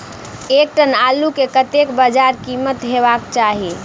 एक टन आलु केँ कतेक बजार कीमत हेबाक चाहि?